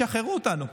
תשחררו אותנו,